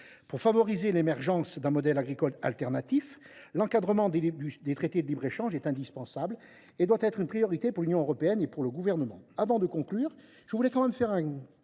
Pour favoriser l’émergence d’un modèle agricole alternatif, l’encadrement des traités de libre échange est indispensable et doit être une priorité pour l’Union européenne et pour le Gouvernement.